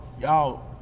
y'all